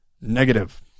negative